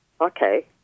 Okay